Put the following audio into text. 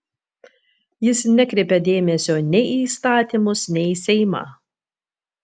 jis nekreipia dėmesio nei į įstatymus nei į seimą